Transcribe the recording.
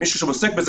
מי שעוסק בזה,